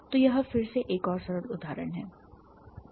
तो यह फिर से एक और सरल उदाहरण है